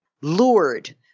lured